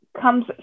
comes